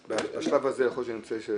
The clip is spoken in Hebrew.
אנחנו התבקשנו על ידי היושב ראש,